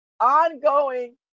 ongoing